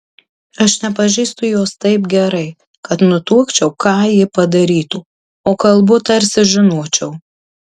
aš nepažįstu jos taip gerai kad nutuokčiau ką ji padarytų o kalbu tarsi žinočiau